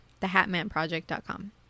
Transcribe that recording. thehatmanproject.com